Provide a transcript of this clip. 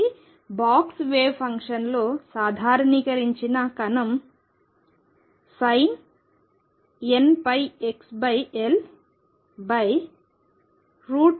కాబట్టి box wave ఫంక్షన్లో సాధారణీకరించిన కణంపార్టికల్ sinnπxLL2 అవుతుంది